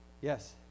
Yes